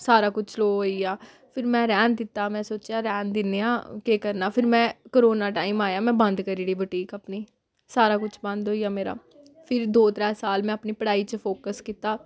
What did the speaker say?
सारा कुछ स्लो होई गेआ फिर में रैह्न दित्ता में सोचेआ रैह्न दिन्ने आं केह् करना फिर में कोरोना टाइम आया में बंद करी ओड़ी बुटीक अपनी सारा कुछ बंद होई गेआ मेरा फिर दो त्रै साल में अपनी पढ़ाई च फोकस कीता